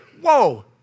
Whoa